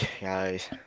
guys